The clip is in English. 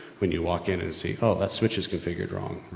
when you walk in and see oh, that switch is configured wrong,